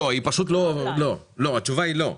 לא, התשובה היא לא.